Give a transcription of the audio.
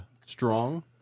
strong